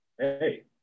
Hey